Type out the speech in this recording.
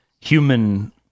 human